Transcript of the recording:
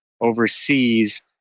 overseas